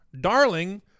darling